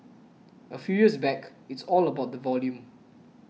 a few years back it's all about volume